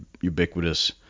ubiquitous